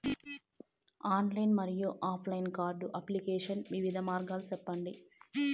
Online మరియు offline card application వివిధ మార్గాలు సెప్పండి?